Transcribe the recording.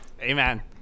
Amen